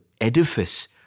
edifice